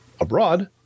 abroad